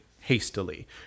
hastily